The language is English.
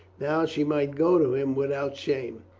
now she might go to him without shame.